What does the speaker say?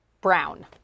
brown